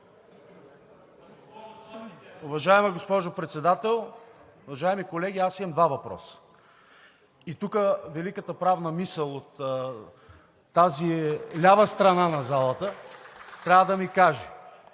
Уважаема госпожо Председател, уважаеми колеги! Имам два въпроса и тук великата правна мисъл от тази лява страна на залата трябва да ми каже: